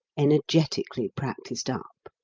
energetically practised up.